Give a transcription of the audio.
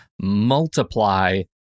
multiply